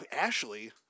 Ashley